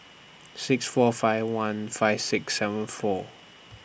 six four five one five six seven four